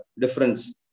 difference